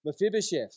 Mephibosheth